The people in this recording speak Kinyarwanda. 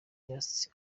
just